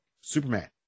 Superman